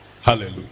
Hallelujah